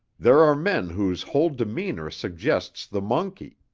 there are men whose whole demeanour suggests the monkey.